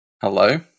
Hello